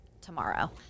tomorrow